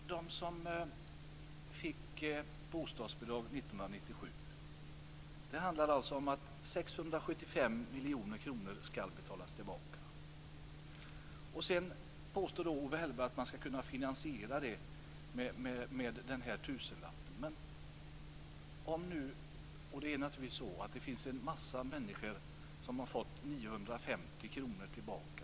Fru talman! För dem som fick bostadsbidrag 1997 handlar det om 675 miljoner kronor som skall betalas tillbaka. Owe Hellberg påstår att man skall kunna finansiera det med den här tusenlappen. Det finns naturligtvis en massa människor som har fått 950 kr tillbaka.